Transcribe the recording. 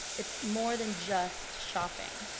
it's more than just shopping.